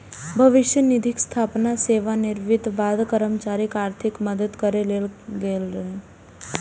भविष्य निधिक स्थापना सेवानिवृत्तिक बाद कर्मचारीक आर्थिक मदति करै लेल गेल छै